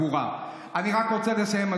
היא יודעת הכול חוץ מלהתעסק בתחבורה.